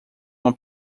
uma